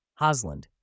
Hosland